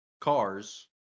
cars